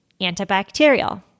antibacterial